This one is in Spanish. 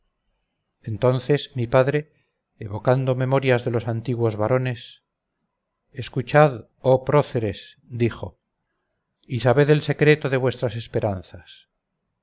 entonces mi padre evocando memorias de los antiguos varones escuchad oh próceres dijo y sabed el secreto de vuestras esperanzas